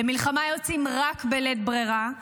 למלחמה יוצאים רק בלית ברירה,